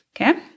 Okay